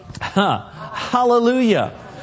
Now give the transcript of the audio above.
Hallelujah